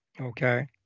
Okay